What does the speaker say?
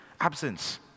Absence